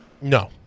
No